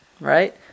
right